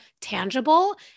tangible